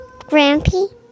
Grampy